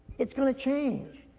it's gonna change.